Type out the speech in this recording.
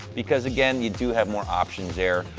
because, again, you do have more options there.